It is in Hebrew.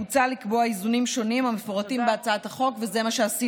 הוצע לקבוע איזונים שונים, המפורטים בהצעת החוק,